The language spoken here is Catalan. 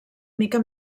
mica